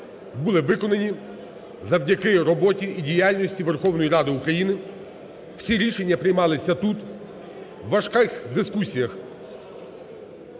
були виконані завдяки роботі і діяльності Верховної Ради України. Всі рішення приймались тут у важких дискусіях.